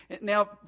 now